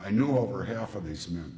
i know over half of these men